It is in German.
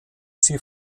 sie